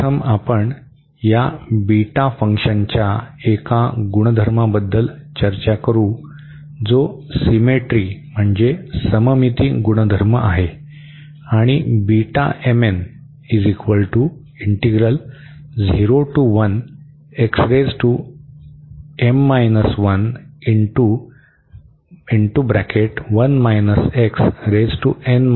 प्रथम आपण या बीटा फंक्शनच्या एका गुणधर्माबद्दल चर्चा करू जो सीमेट्री म्हणजे सममिती गुणधर्म आहे आणि हे इंप्रॉपर इंटीग्रल आहे